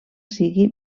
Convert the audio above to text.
sigui